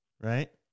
Right